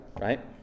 right